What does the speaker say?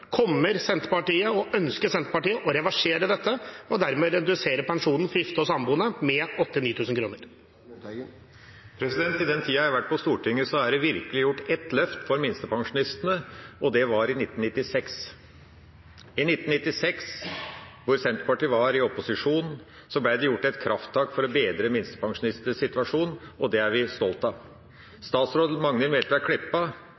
Kommer Senterpartiet til – og ønsker Senterpartiet – å reversere dette, og dermed redusere pensjonen for gifte og samboende med 8 000–9 000 kr? I den tida jeg har vært på Stortinget, er det gjort ett virkelig løft for minstepensjonistene, og det var i 1996. I 1996, da Senterpartiet var i opposisjon, ble det gjort et krafttak for å bedre minstepensjonistenes situasjon, og det er vi